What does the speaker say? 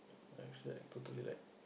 like is like totally like